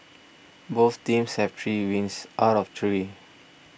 both teams have three wins out of three